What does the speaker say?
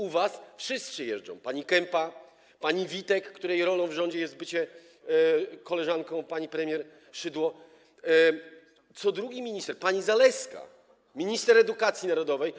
U was wszyscy jeżdżą: pani Kempa, pani Witek, której rolą w rządzie jest bycie koleżanką pani premier Szydło, co drugi minister, pani Zalewska - minister edukacji narodowej.